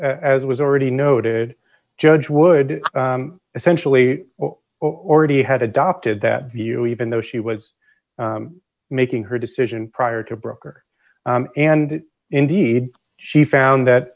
as was already noted judge would essentially already had adopted that view even though she was making her decision prior to broker and indeed she found that